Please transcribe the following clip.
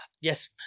yes